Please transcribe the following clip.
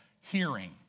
hearing